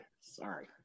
Sorry